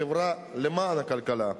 החברה למען הכלכלה.